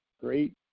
Great